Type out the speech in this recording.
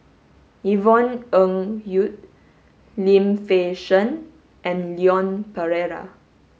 Yvonne Ng Uhde Lim Fei Shen and Leon Perera